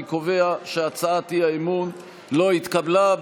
אני קובע שהצעת האי-אמון לא התקבלה.